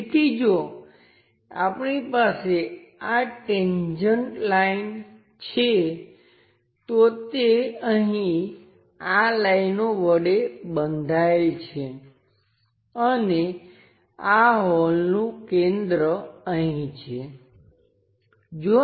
તેથી જો આપણી પાસે આ ટેન્જેન્ટ લાઈન છે તો તે અહીં આ લાઈનો વડે બંધાયેલ છે અને હોલનું કેન્દ્ર અહીં છે